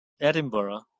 Edinburgh